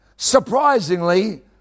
Surprisingly